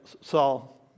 Saul